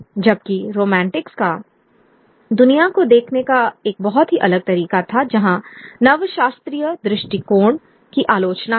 जबकि रोमांटिक्स का दुनिया को देखने का एक बहुत अलग तरीका था जहां नवशास्त्रीय दृष्टिकोण की आलोचना थी